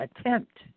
attempt